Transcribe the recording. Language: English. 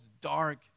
dark